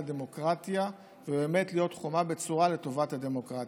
הדמוקרטיה ובאמת להיות חומה בצורה לטובת הדמוקרטיה.